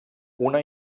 una